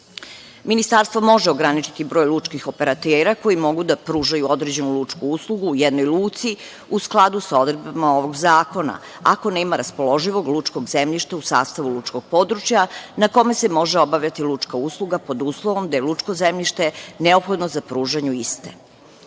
luke. Ministarstvo može ograničiti broj lučkih operatera koji mogu da pružaju određenu lučku uslugu u jednoj luci u skladu sa odredbama ovog zakona ako nema raspoloživog lučkog zemljišta u sastavu lučkog područja na kome se može obavljati lučka usluga pod uslovom da je lučko zemljište neophodno za pružanju